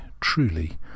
truly